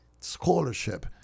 scholarship